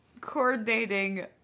coordinating